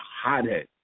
hothead